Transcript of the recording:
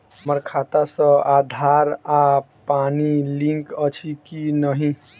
हम्मर खाता सऽ आधार आ पानि लिंक अछि की नहि?